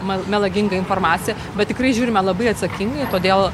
mel melagingą informaciją bet tikrai žiūrime labai atsakingai todėl